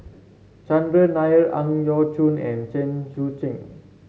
Chandran Nair Ang Yau Choon and Chen Sucheng